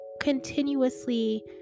continuously